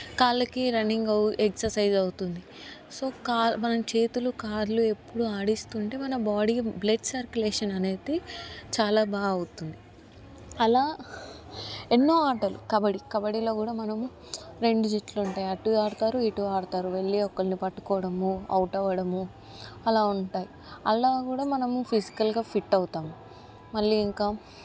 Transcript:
కాళ్ళకి రన్నింగ్ అవి ఎక్ససైజ్ అవుతుంది సో మన కాల్ చేతులు కళ్ళు ఆడిస్తుంటే మన బాడీ బ్లడ్ సర్కులేషన్ అనేటి చాలా బాగా అవుతుంది అలా ఎన్నో ఆటలు కబడ్డీ కబడ్డీలో కూడా మనము రెండు జట్లు ఉంటాయి అటు ఆడతారు ఇటు ఆడతారు వెళ్లి ఒకడిని పట్టుకోవడం అవుట్ అవ్వడము అలా ఉంటుంది అలా కూడా మనం ఫిజికల్గా ఫిట్ అవుతాము మళ్ళీ ఇంకా